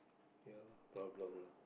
ya lah problem lah